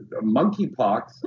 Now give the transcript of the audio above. monkeypox